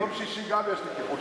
ביום שישי גם יש לי טיפול שיניים.